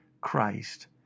Christ